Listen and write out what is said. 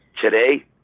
Today